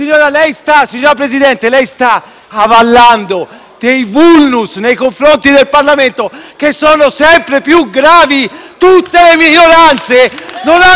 Signor Presidente, lei sta avallando dei *vulnus* nei confronti del Parlamento che sono sempre più gravi. Tutte le minoranze